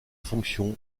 fonctions